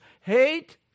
hate